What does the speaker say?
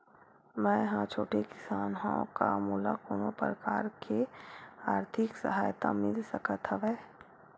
मै ह छोटे किसान हंव का मोला कोनो प्रकार के आर्थिक सहायता मिल सकत हवय?